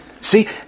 See